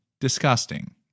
disgusting